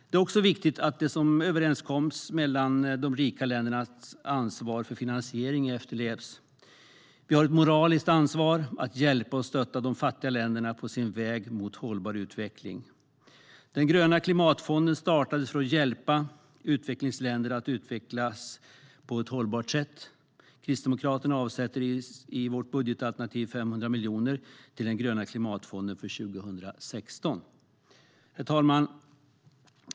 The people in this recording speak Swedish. Det är också viktigt att det som har överenskommits mellan de rika länderna om ansvar för finansiering efterlevs. Vi har ett moraliskt ansvar att hjälpa och stötta de fattiga länderna på deras väg mot hållbar utveckling. Den gröna klimatfonden startades för att hjälpa utvecklingsländer att utvecklas på ett hållbart sätt. Kristdemokraterna avsätter i sitt budgetalternativ 500 miljoner till den gröna klimatfonden för 2016. Herr talman!